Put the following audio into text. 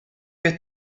get